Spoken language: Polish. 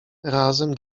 razem